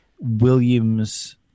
Williams